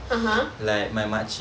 (uh huh)